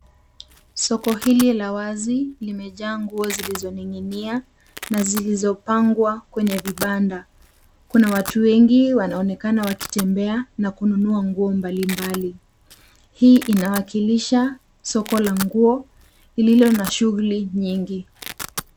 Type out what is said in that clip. Soko hili la wazi limejaa nguo zilizoning'inia na zilizopangwa kwenye vibanda. Kuna watu wengi wanaonekana wakitembea na kununua nguo mbali mbali. Hii inawakilisha soko la nguo lililo na shughuli nyingi.